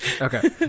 Okay